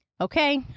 Okay